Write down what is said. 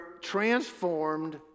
transformed